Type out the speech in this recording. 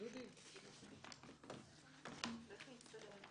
אין מתנגדים.